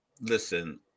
Listen